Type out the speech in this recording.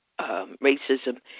racism